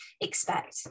expect